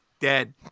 dead